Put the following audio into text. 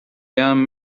young